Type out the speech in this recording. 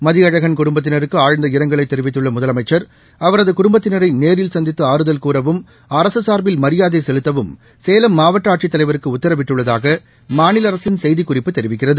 மதியழகன் குடுப்பத்தினருக்கு ஆழ்ந்த இரங்கலை தெரிவித்துள்ள முதலமைச்சா் அவரது குடும்பத்தினரை நேரில் சந்தித்து ஆறுதல் கூறவும் அரசு சுா்பில் மரியாதை செலுத்தவும் சேலம் மாவட்ட ஆட்சித் தலைவருக்கு உத்தரவிட்டுள்ளதாக மாநில அரசின் செய்திக் குறிப்பு தெரிவிக்கிறது